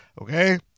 Okay